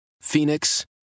Phoenix